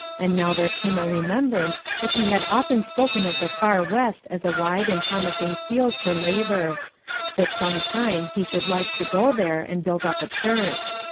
and now there came a remembrance that he had often spoken of the far west as a wide and promising field for labour that some time he should like to go there and build up a church.